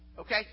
Okay